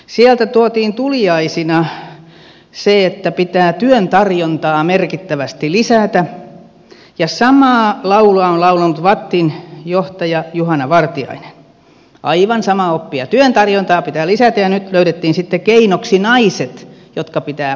sieltä tuotiin tuliaisina se että pitää työn tarjontaa merkittävästi lisätä ja samaa laulua on laulanut vattin johtaja juhana vartiainen aivan samaa oppia työn tarjontaa pitää lisätä ja nyt löydettiin sitten keinoksi naiset jotka pitää patistaa työelämään